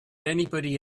anybody